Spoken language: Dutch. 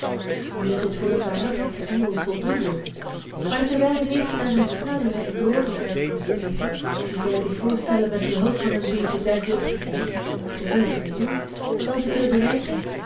nu is dit voor een waarachtigen engel voldoende maar terwijl de meesten naar eene snellere en grootere uitkomst streven die zij zich voorstellen met behulp van een beetje duivelachtigheid ter wille van het doel wel te kunnen bereiken